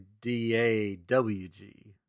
D-A-W-G